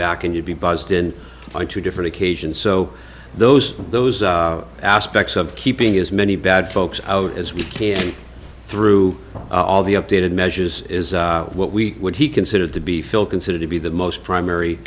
back and you'd be buzzed in on two different occasions so those those aspects of keeping as many bad folks out as we can through all the updated measures is what we would he considered to be phil considered to be the most primary